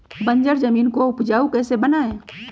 बंजर जमीन को उपजाऊ कैसे बनाय?